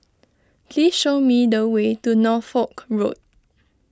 please show me the way to Norfolk Road